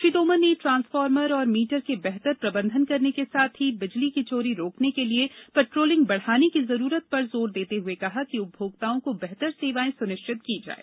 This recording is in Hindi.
श्री तोमर ने ट्रांसफॉर्मर और मीटर के बेहतर प्रबंधन करने के साथ ही बिजली की चोरी रोकने के लिए पेट्रोलिंग बढ़ाने की जरूरत पर जोर देते हुए कहा कि उपभोक्ताओं को बेहतर सेवाएं सुनिश्चित की जाये